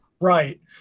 Right